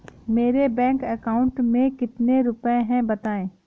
मेरे bank account में कितने रुपए हैं बताएँ?